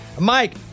Mike